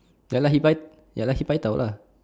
ya lah he pai~ ya lah he paitao lah